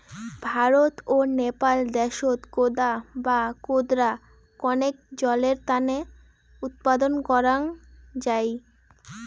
ভারত ও নেপাল দ্যাশত কোদা বা কোদরা কণেক জলের তানে উৎপাদন করাং যাই